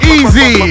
Easy